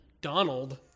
Donald